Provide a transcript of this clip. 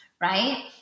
right